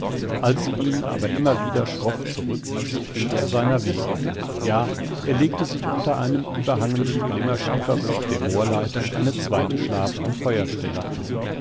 als sie ihn aber immer wieder schroff zurückwies ging er seiner wege ja er legte sich unter einem überhangenden glimmerschieferblock der moorleiten eine zweite schlaf und feuerstelle an